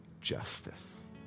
justice